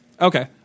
Okay